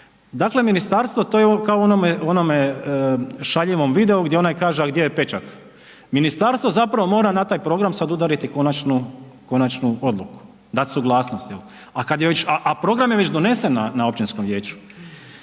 Dakle, ministarstvo to je kao u onome šaljivom videu gdje onaj kaže, a gdje je pečat. Ministarstvo zapravo mora na taj program sada udariti konačnu odluku, dat suglasnost. A program je već donesen na općinskom vijeću.